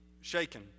shaken